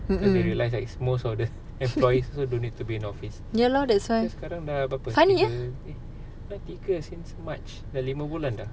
mm mm ya lor that's why funny ah